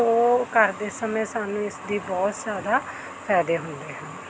ਤੋਂ ਕਰਦੇ ਸਮੇਂ ਸਾਨੂੰ ਇਸਦੀ ਬਹੁਤ ਜ਼ਿਆਦਾ ਫਾਇਦੇ ਹੁੰਦੇ ਹਨ